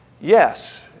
Yes